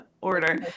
order